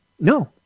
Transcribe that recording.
No